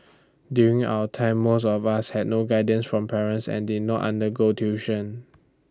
during our time most of us had no guidance from parents and did not undergo tuition